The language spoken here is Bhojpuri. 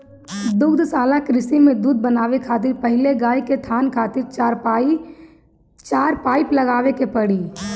दुग्धशाला कृषि में दूध बनावे खातिर पहिले गाय के थान खातिर चार पाइप लगावे के पड़ी